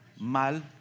mal